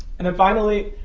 and and finally,